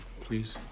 please